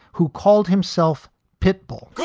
who called himself pitbull